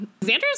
Xander's